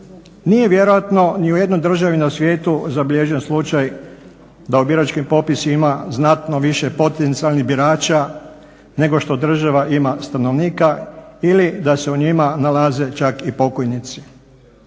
Nije vjerojatno ni u jednoj državi na svijetu zabilježen slučaj da birački popis ima znatno više potencijalnih birača nego što država ima stanovnika ili da se u njima nalaze čak i pokojnici.